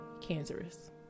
Cancerous